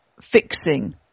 fixing